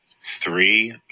Three